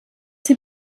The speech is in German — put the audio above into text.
sie